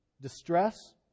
distress